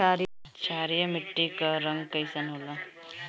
क्षारीय मीट्टी क रंग कइसन होला?